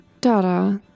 dada